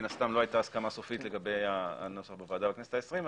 מן הסתם לא הייתה הסכמה סופית לגבי הנוסח בוועדה בכנסת העשרים,